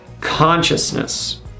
consciousness